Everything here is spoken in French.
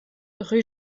rue